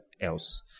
else